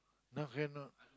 no cannot